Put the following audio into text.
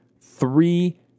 three